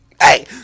Hey